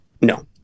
no